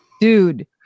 dude